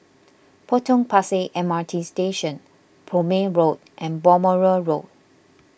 Potong Pasir M R T Station Prome Road and Balmoral Road